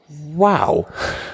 wow